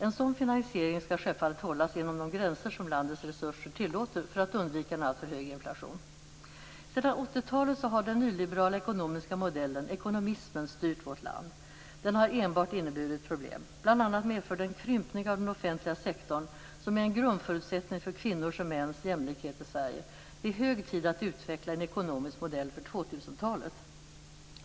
En sådan finansiering skall självfallet hållas inom de gränser som landets resurser tillåter för att undvika en alltför hög inflation. Sedan 1980-talet har den nyliberala ekonomiska modellen, ekonomismen, styrt vårt land. Den har enbart inneburit problem. Bl.a. medför den en krympning av den offentliga sektorn som är en grundförutsättning för kvinnors och mäns jämlikhet i Sverige. Det är hög tid att utveckla en ekonomisk modell för 2000-talet.